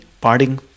parting